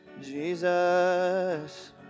Jesus